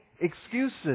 excuses